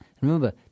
Remember